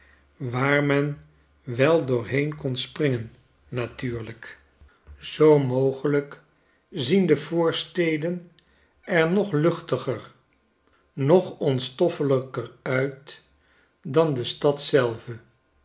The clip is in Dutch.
waar men wel doorheenkonspringen natuurlijk zoo mogelijk zien de voorsteden er nog luchtiger nog onstoffelijker uit dan de stad zelve